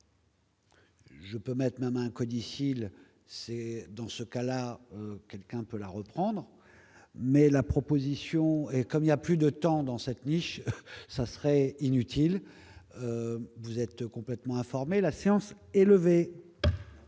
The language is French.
Je peux maintenant un codicille : c'est dans ce cas-là, quelqu'un peut la reprendre, mais la proposition comme il y a plus de temps dans cette niche ça serait inutile, vous êtes complètement informé la séance est levée.